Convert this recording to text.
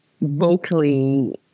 vocally